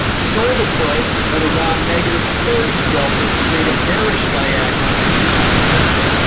sold a put at around negative thirty delta to create a bearish diagonal on tesla.